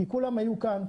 כולם היו כאן,